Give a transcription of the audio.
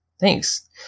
Thanks